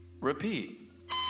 Repeat. (